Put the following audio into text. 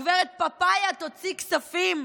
הגב' פפאיה תוציא כספים,